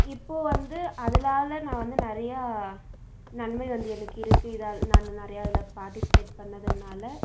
இப்போது வந்து அதுனால நான் வந்து நிறையா நன்மை வந்து எனக்கு இருக்கு இதாலே நான் நிறையா இதில் பார்ட்டிஸிபேட் பண்ணதனால